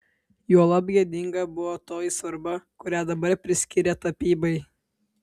juolab gėdinga buvo toji svarba kurią dabar priskyrė tapybai